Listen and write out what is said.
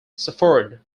suffered